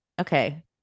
Okay